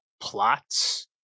plots